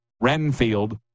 Renfield